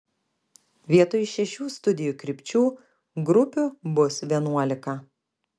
vietoj šešių studijų krypčių grupių bus vienuolika